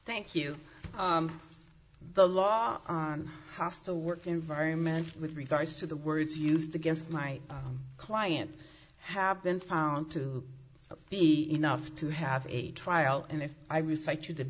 thank you the law hostile work environment with regards to the words used against my client have been found to be enough to have a trial and if i recite you the